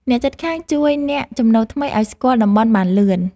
អ្នកជិតខាងជួយអ្នកចំណូលថ្មីឲ្យស្គាល់តំបន់បានលឿន។